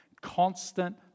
constant